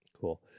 Cool